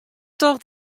tocht